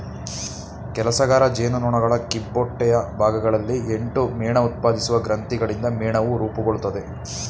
ಕೆಲಸಗಾರ ಜೇನುನೊಣಗಳ ಕಿಬ್ಬೊಟ್ಟೆಯ ಭಾಗಗಳಲ್ಲಿ ಎಂಟು ಮೇಣಉತ್ಪಾದಿಸುವ ಗ್ರಂಥಿಗಳಿಂದ ಮೇಣವು ರೂಪುಗೊಳ್ತದೆ